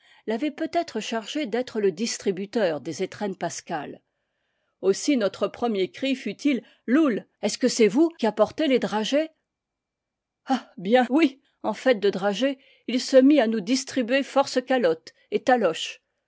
l'avaient peut-être chargé d'être le distributeur des étrennes pascales aussi notre premier cri fut-il loull est-ce que c'est vous qui apportez les dragées r ah bien oui en fait de dragées il se mit à nous distri buer force calottes et taloches